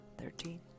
thirteen